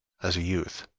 as a youth,